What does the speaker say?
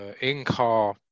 in-car